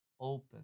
open